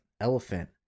elephant